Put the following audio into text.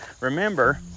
remember